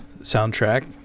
soundtrack